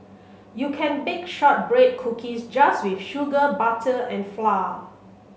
you can bake shortbread cookies just with sugar butter and flour